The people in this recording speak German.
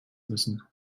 müssen